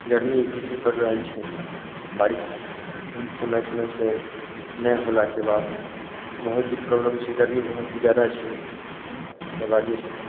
गर्मी भीष्म पड़ि रहल छै बारिश समय समयसँ नहि होलाके बाद बहुत ही प्रॉब्लम छै गर्मी बहुत ही जादा छै ओकराबाद जे छै